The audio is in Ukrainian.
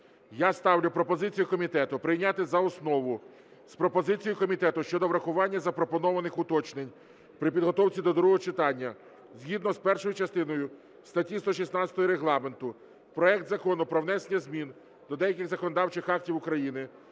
Я ставлю пропозицію комітету прийняти за основу з пропозицією комітету щодо врахування запропонованих уточнень при підготовці до другого читання згідно з першою частиною статті 116 Регламенту проект Закону про внесення змін до деяких законодавчих актів України